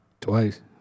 twice